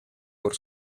por